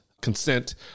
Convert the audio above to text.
consent